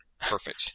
Perfect